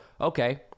okay